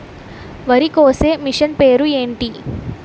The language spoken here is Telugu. వరి కోసే మిషన్ పేరు ఏంటి